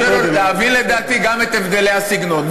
היה קשה לו להבין, לדעתי, גם את הבדלי הסגנון.